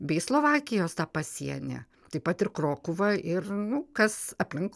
bei slovakijos tą pasienį taip pat ir krokuvą ir nu kas aplink